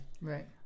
Right